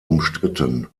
umstritten